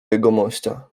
jegomościa